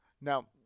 Now